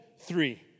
three